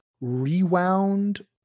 rewound